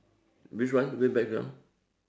which one which background